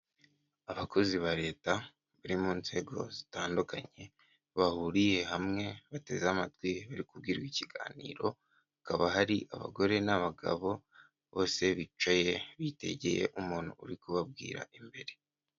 Abakozi ba leta bari mu nzego zitandukanye bahuriye hamwe bateze amatwi bari kubwirwa ikiganiro hakaba hari abagore n'abagabo bose bicaye bitegeye umuntu uri kubabwira imbere.